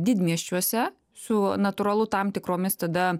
didmiesčiuose su natūralu tam tikromis tada